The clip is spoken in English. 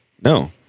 No